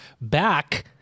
back